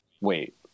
wait